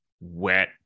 wet